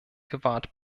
gewahrt